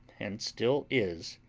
and still is,